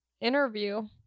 interview